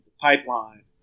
pipeline